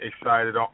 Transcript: excited